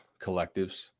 collectives